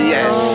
Yes